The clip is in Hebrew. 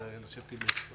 הישיבה ננעלה בשעה 11:30.